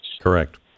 Correct